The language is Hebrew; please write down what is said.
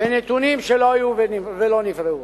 בנתונים שלא היו ולא נבראו,